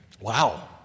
Wow